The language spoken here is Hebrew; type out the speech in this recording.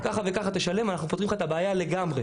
ככה וככה תשלם, אנחנו פותרים לך את הבעיה לגמרי.